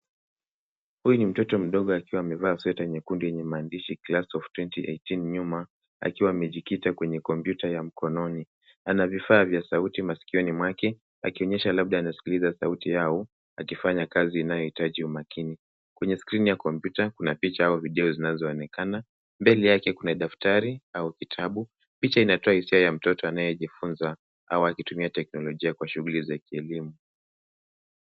Huyu ni mtoto mdogo akiwa amevaa sweta nyekundu yenye maandishi Class of 2018 ] nyuma akiwa amejikita kwenye kompyuta mkononi. Ana vifaa vya sauti masikioni mwake akionyesha kuwa anasikiliza sauti au anafanya kazi inayo hitaji umakini. Kwenye skrini ya kompyuta kuna picha au video vinavyo onakana. Mbele yake kuna vitabu au daftari. Picha inaonyesha hisia ya mtoto anayejifunza au akitumia teknolojia kwa shughuli za kielimu.